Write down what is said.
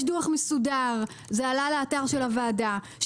יש דוח מסודר שגם עלה לאתר של הוועדה.